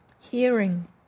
hearing